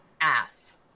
ass